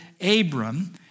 Abram